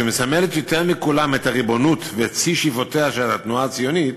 שמסמלת יותר מכולם את הריבונות ואת שיא שאיפותיה של התנועה הציונית,